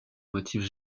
motifs